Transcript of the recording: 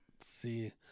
see